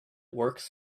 works